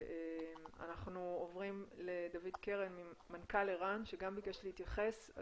אנחנו עוברים לדוד קורן מנכ"ל ער"ן שגם ביקש להתייחס.